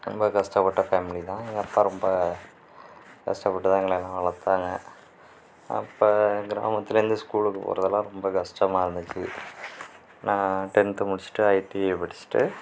ரொம்ப கஷ்டப்பட்ட ஃபேமிலி தான் எங்கள் அப்பா ரொம்ப கஷ்டப்பட்டு தான் எங்களையெல்லாம் வளர்த்தாங்க அப்போ கிராமத்திலேருந்து ஸ்கூலுக்கு போவதெல்லாம் ரொம்ப கஷ்டமாக இருந்துச்சு நான் டென்த் முடிச்சுட்டு ஐடிஐ படிச்சுட்டு